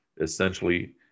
essentially